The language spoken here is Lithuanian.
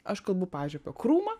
aš kalbu pavyzdžiui apie krūmą